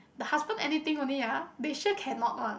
the husband anything only ah they sure cannot one